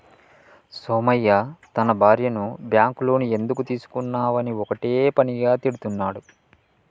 సోమయ్య తన భార్యను bank loan ఎందుకు తీసుకున్నవని ఒక్కటే పనిగా తిడుతున్నడు